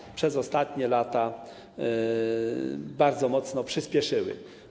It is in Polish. które przez ostatnie lata bardzo mocno przyspieszyły.